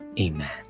Amen